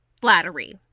flattery